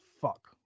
fuck